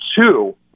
two